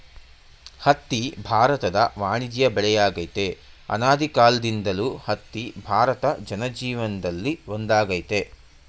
ಹತ್ತಿ ಭಾರತದ ವಾಣಿಜ್ಯ ಬೆಳೆಯಾಗಯ್ತೆ ಅನಾದಿಕಾಲ್ದಿಂದಲೂ ಹತ್ತಿ ಭಾರತ ಜನಜೀವನ್ದಲ್ಲಿ ಒಂದಾಗೈತೆ